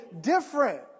different